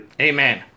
Amen